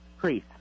Please